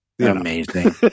amazing